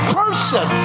person